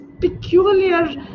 peculiar